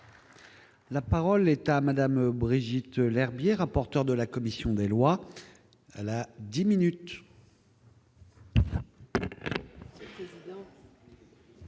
La parole est à madame Brigitte Lherbier, rapporteur de la commission des lois à la 10 minutes.